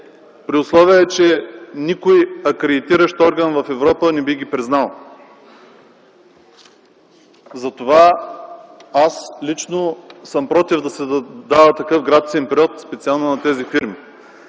при условие, че никой акредитиращ орган в Европа не би ги признал. Затова аз лично съм против да се дава такъв гратисен период специално на тези фирми.